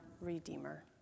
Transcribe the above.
redeemer